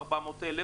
400,000,